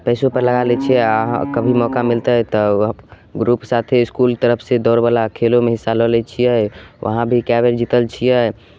पइसोपर लगा लै छिए अहाँ कभी मौका मिलतै तऽ ग्रुप साथे इसकुल तरफसे दौड़वला खेलोमे हिस्सा लऽ लै छिए वहाँ भी कै बेर जितल छिए